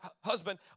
husband